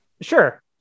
Sure